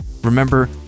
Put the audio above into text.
Remember